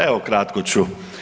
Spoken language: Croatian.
Evo kratko ću.